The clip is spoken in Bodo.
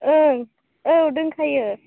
ओं औ दोंखायो